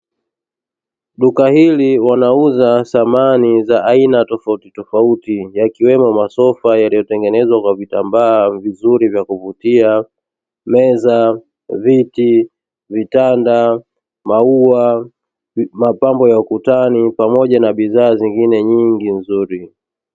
Duka hili wanauza samani za aina tofautitofauti yakiwemo masofa yaliyotengenezwa kwa vitambaa vizuri vya kuvutia, meza, viti, vitanda, maua, mapambo ya ukutani pamoja na bidhaa zingine nyingi nzuri.